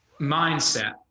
mindset